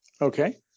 Okay